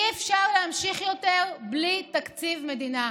אי-אפשר להמשיך יותר בלי תקציב מדינה.